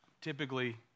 typically